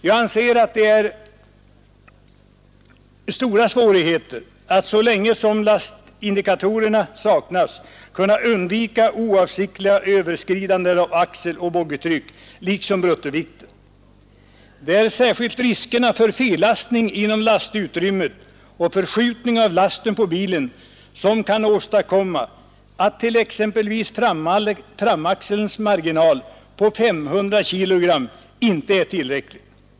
Jag anser att det är stora svårigheter att så länge lastindikatorer saknas undvika oavsiktliga överskridanden av axeloch boggietryck liksom bruttovikten. Det är särskilt riskerna för fellastning inom lastutrymmet och förskjutning av lasten på bilen som kan åstadkomma att t.ex. framaxelns marginal på 500 kg inte är tillräcklig.